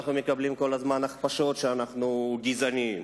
אנחנו מקבלים כל הזמן הכפשות שאנחנו גזענים.